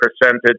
percentage